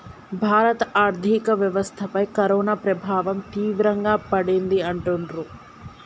భారత ఆర్థిక వ్యవస్థపై కరోనా ప్రభావం తీవ్రంగా పడింది అంటుండ్రు